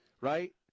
right